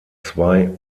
zwei